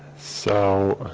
so